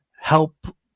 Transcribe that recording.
help